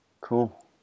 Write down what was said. Cool